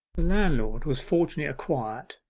the landlord was fortunately a quiet,